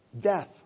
Death